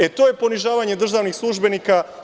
E to je ponižavanje državnih službenika.